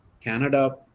Canada